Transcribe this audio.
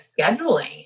scheduling